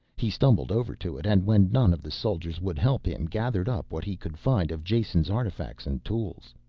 he stumbled over to it and, when none of the soldiers would help him, gathered up what he could find of jason's artifacts and tools.